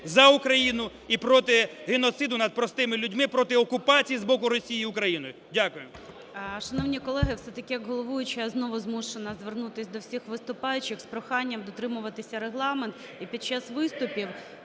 за Україну і проти геноциду над простими людьми, проти окупації з боку Росії України. Дякую.